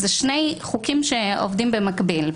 אלה שני חוקים שעובדים במקביל,